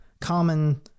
common